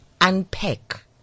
unpack